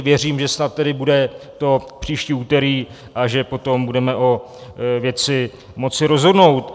Věřím, že to snad tedy bude příští úterý a že potom budeme o věci moci rozhodnout.